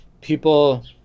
people